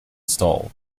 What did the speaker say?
stall